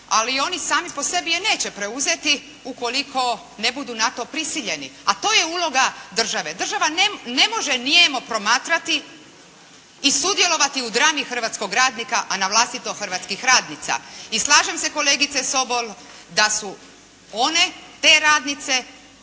Ali oni sami po sebi je neće preuzeti ukoliko ne budu na to prisiljeni, a to je uloga države. Država ne može nijemo promatrati i sudjelovati u drami hrvatskog radnika, a navlastito hrvatskih radnica. I slažem se kolegice Sobol da su one, te radnice